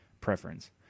preference